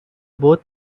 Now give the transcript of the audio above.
both